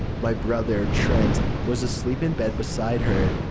my brother, trent, was asleep in bed beside her.